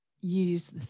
use